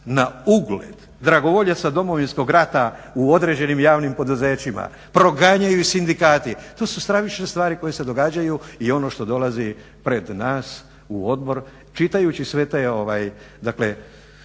na ugled dragovoljaca Domovinskog rata u određenim javnim poduzećima, proganjaju sindikati, to su stravične stvari koje se događaju. I ono što dolazi pred nas u odbor čitajući sve te